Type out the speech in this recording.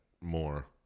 more